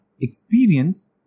Experience